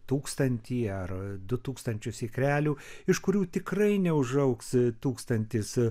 tūkstantį ar du tūkstančius ikrelių iš kurių tikrai neužaugs tūkstantis